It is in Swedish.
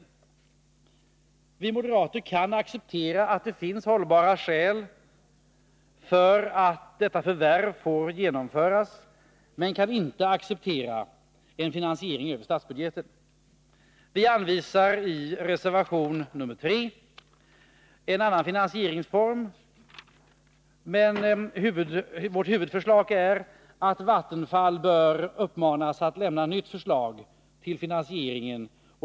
Vi moderater kan acceptera att det finns hållbara skäl för att detta förvärv får genomföras, men vi kan inte acceptera en finansiering över statsbudgeten. Vi anvisar i reservation nr 3 en annan finansieringsform. Men vårt huvudförslag är att Vattenfall bör uppmanas att lämna nytt förslag till finansieringen.